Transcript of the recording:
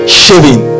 shaving